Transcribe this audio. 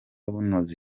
bunoze